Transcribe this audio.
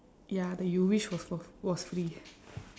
ya that you wish was for was free